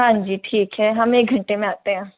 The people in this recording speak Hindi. हाँ जी ठीक है हम एक घंटे में आते हैं